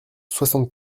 soixante